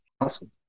Awesome